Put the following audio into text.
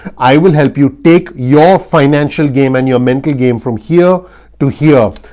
i will help you take your financial game and your mental game from here to here.